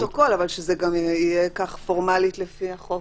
--- שזה גם יהיה כך פורמלית לפי החוק,